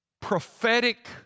prophetic